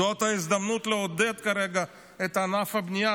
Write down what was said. זאת ההזדמנות לעודד כרגע את ענף הבנייה.